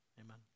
amen